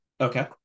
okay